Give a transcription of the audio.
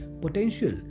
potential